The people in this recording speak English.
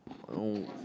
no